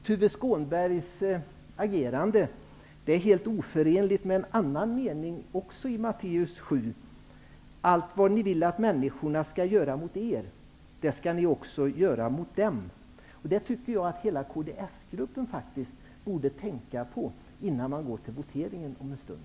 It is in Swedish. Tuve Skånbergs agerande är helt oförenligt med en annan mening i Matteus 7: ''Allt vad ni vill att människorna skall göra för er, det skall ni också göra för dem.'' Det borde hela kds-gruppen tänka på innan den går till voteringen om en stund.